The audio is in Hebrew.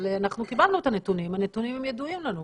אבל אנחנו קיבלנו את הנתונים והם ידועים לנו.